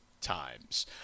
times